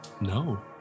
No